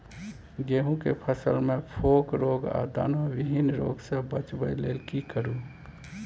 गेहूं के फसल मे फोक रोग आ दाना विहीन रोग सॅ बचबय लेल की करू?